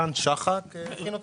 מתן שחק הכין אותה.